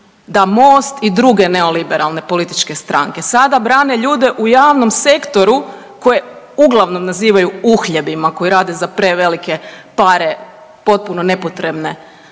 da MOST i druge neoliberalne političke stranke sada brane ljude u javnom sektoru koje uglavnom nazivaju uhljebima koji rade za prevelike pare potpuno nepotrebne